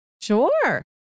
sure